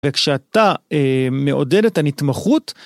וכשאתה אה.. מעודד את הנתמכות...